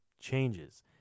changes